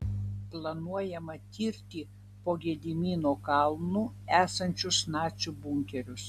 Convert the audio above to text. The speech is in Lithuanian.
planuojama tirti po gedimino kalnu esančius nacių bunkerius